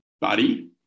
Buddy